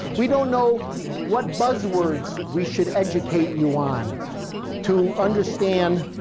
we don't know what buzzwords we should educate you on to understand